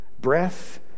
breath